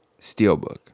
steelbook